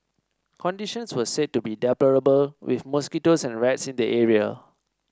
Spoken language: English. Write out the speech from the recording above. conditions were said to be deplorable with mosquitoes and rats in the area